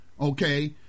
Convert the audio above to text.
okay